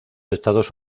estados